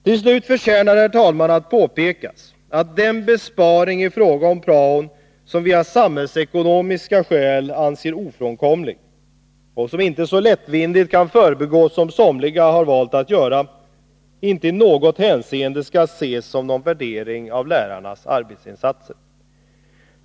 Till slut, herr talman, förtjänar det att påpekas att den besparing i fråga om praon som vi av samhällsekonomiska skäl anser ofrånkomlig — och som man inte så lättvindigt kan förbigå, som somliga har valt att göra — inte i något hänseende skall ses som någon värdering av lärarnas arbetsinsatser.